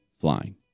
flying